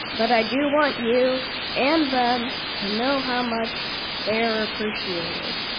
but i do want you, and them, to know how much they are appreciated.